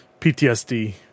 PTSD